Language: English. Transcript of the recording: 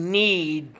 need